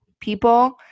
people